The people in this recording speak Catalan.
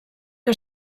que